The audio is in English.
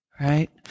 right